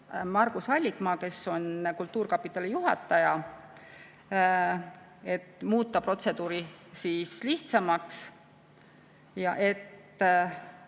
Margus Allikmaa, kes on kultuurkapitali juhataja, lubas muuta protseduuri lihtsamaks.